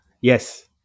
Yes